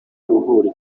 uruhuri